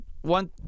one